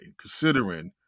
Considering